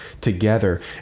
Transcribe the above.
together